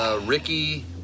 Ricky